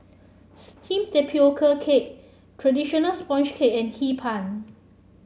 steamed Tapioca Cake traditional sponge cake and Hee Pan